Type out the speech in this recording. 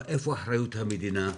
איפה אחריות המדינה?